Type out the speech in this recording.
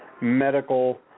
medical